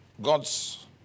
God's